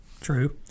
True